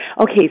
Okay